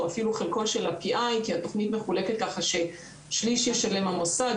כי התכנית מחולקת ככה ששליש ישלם המוסד,